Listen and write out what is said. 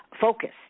focused